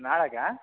ನಾಳೆಗಾ